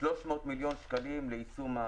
300 מיליון שקלים ליישום,